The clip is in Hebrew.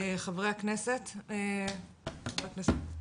חבר הכנסת יוראי להב.